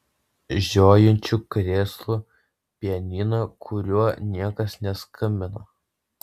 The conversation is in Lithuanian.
žiojinčių krėslų pianino kuriuo niekas neskambino